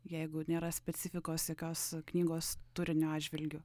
jeigu nėra specifikos jokios knygos turinio atžvilgiu